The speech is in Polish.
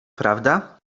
prawda